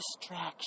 distraction